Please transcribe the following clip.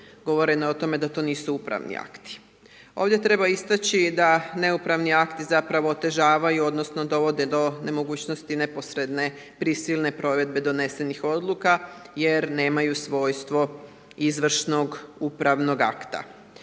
ne razumije/… o tome da to nisu upravni akti. Ovdje treba istaći da neupravni akti zapravo otežavaju odnosno dovode do nemogućnosti neposredne prisilne provedbe donesenih odluka jer nemaju svojstvo izvršnog upravnog akta.